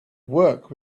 work